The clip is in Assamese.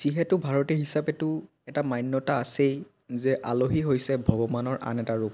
যিহেতু ভাৰতীয় হিচাপেতো এটা মান্যতা আছেই যে আলহী হৈছে ভগৱানৰ আন এটা ৰূপ